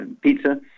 pizza